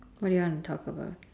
what do you wanna talk about